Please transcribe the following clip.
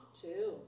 Two